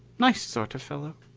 nice sort of fellow.